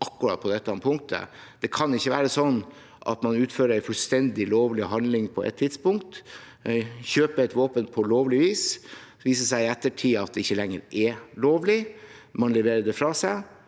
akkurat på dette punktet. Man utfører en fullstendig lovlig handling på et tidspunkt, kjøper et våpen på lovlig vis, og så viser det seg i ettertid at det ikke lenger er lovlig, og man leverer det fra seg.